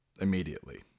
immediately